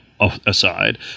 aside